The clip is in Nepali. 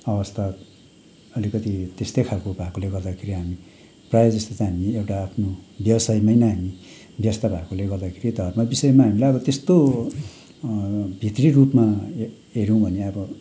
अवस्था अलिकति त्यस्तै खालको भएकोले गर्दाखेरि हामी प्रायः जस्तो चाहिँ हामी एउटा आफ्नो व्यवसायमै नै हामी व्यस्त भएकोले गर्दाखेरि धर्म विषयमा हामीलाई अब त्यस्तो भित्री रूपमा हे हेऱ्यौँ भने अब